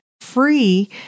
free